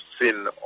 seen